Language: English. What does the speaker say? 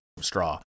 straw